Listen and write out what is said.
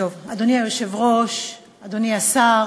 אדוני היושב-ראש, אדוני השר,